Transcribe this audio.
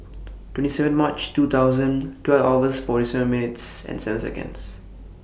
twenty seven March two thousand twelve hours forty seven minutes and seven Seconds